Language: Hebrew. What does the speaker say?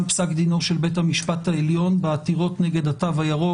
פסק דינו של בית המשפט העליון בעתירות נגד התו הירוק.